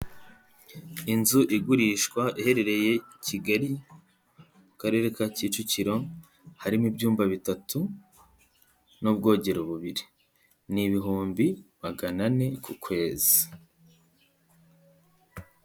Inzu igurishwa iherereye Kigali mu karere ka Kicukiro, harimo ibyumba bitatu n'ubwogero bubiri. Ni ibihumbi magana ane ku kwezi.